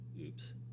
Oops